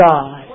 God